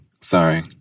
sorry